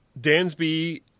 Dansby